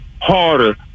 harder